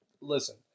Listen